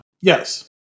Yes